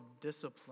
discipline